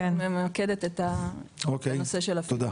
כרגע אני ממקדת את הנושא של הפיליפינים.